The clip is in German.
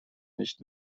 nicht